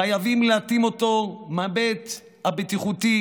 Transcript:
חייבים להתאים אותו מההיבט הבטיחותי,